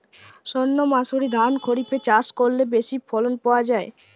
সর্ণমাসুরি ধান খরিপে চাষ করলে বেশি ফলন পাওয়া যায়?